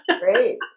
Great